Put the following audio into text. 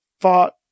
fought